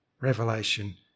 revelation